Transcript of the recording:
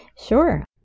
sure